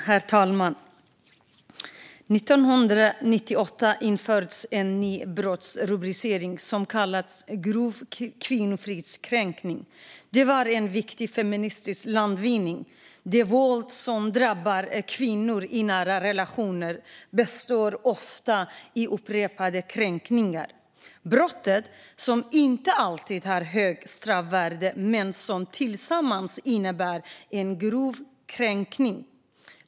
Herr talman! År 1998 infördes en ny brottsrubricering - grov kvinnofridskränkning. Det var en viktig feministisk landvinning. Det våld som drabbar kvinnor i nära relationer består ofta av upprepade kränkningar. Det är brott som inte alltid har högt straffvärde men som tillsammans innebär en grov kränkning.